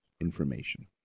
information